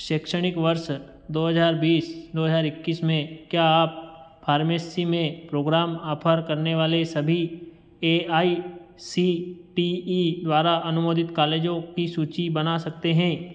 शैक्षणिक वर्ष दो हजार बीस दो हजार इक्कीस में क्या आप फार्मेसी में प्रोग्राम आफर करने वाले सभी A I C T E द्वारा अनुमोदित कालेजों की सूची बना सकते हैं